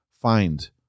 find